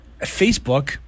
Facebook